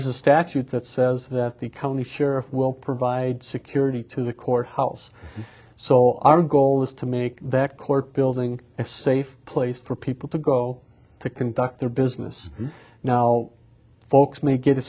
is a statute that says that the county sheriff will provide security to the courthouse so our goal is to make that court building a safe place for people to go to conduct their business now folks ma